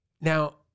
Now